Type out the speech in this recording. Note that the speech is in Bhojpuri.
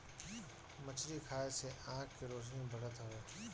मछरी खाए से आँख के रौशनी बढ़त हवे